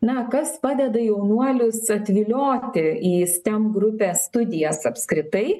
na kas padeda jaunuolius atvilioti į stem grupės studijas apskritai